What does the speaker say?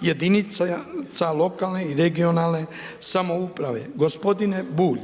jedinica lokalne i regionalne samouprave. Gospodine Bulj,